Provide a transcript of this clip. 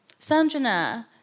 Sanjana